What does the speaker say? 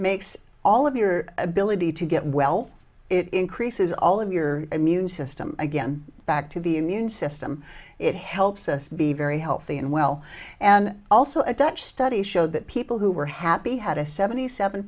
makes all of your realty to get well it increases all of your immune system again back to the immune system it helps us be very healthy and well and also a dutch study showed that people who were happy had a seventy seven